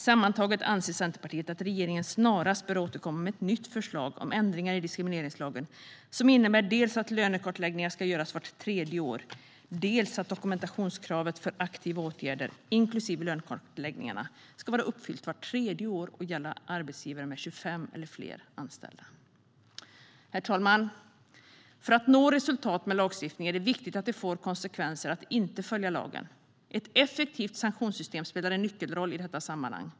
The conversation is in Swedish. Sammantaget anser Centerpartiet att regeringen snarast bör återkomma med ett nytt förslag om ändringar i diskrimineringslagen som innebär dels att lönekartläggningar ska göras vart tredje år, dels att dokumentationskravet för aktiva åtgärder, inklusive lönekartläggningarna, ska vara uppfyllt vart tredje år och gälla arbetsgivare med 25 eller fler anställda. Herr talman! För att nå resultat med lagstiftning är det viktigt att det får konsekvenser att inte följa lagen. Ett effektivt sanktionssystem spelar en nyckelroll i detta sammanhang.